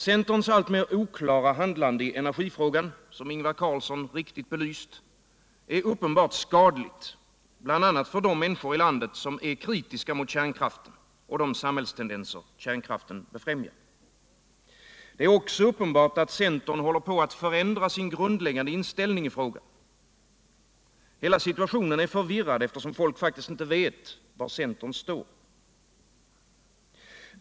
Centerns alltmer oklara handlande i energifrågan — som Ingvar Carlsson riktigt har belyst — är uppenbart skadligt, bl.a. för de människor i landet som är kritiska mot kärnkraften och de samhällstendenser kärnkraften befrämjar. Det är också uppenbart att centern håller på att förändra sin grundläggande inställning i frågan. Hela situationen är förvirrad, eftersom folk faktiskt inte vet var centern står.